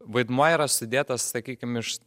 vaidmuo yra sudėtas sakykim iš